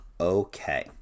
Okay